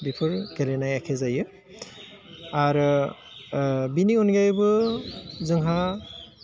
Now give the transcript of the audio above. बेफोर गेलेनाया एके जायो आरो बिनि अनगायैबो जोंहा